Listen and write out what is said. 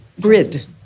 grid